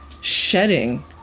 shedding